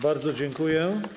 Bardzo dziękuję.